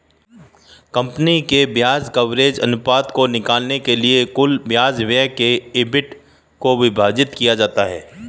company के ब्याज coverage अनुपात को निकालने के लिए कुल ब्याज व्यय से ईबिट को विभाजित किया जाता है